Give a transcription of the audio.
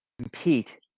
compete